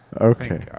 Okay